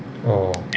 orh